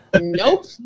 nope